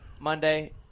Monday